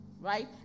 Right